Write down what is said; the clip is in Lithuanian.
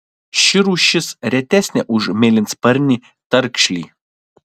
ši rūšis retesnė už mėlynsparnį tarkšlį